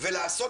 לעשות